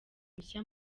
mushya